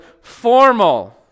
formal